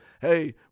Hey